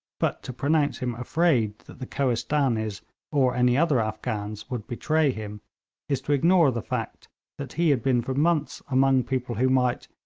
but to pronounce him afraid that the kohistanees or any other afghans would betray him is to ignore the fact that he had been for months among people who might,